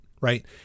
Right